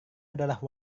adalah